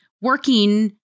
working